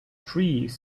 trees